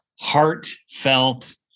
heartfelt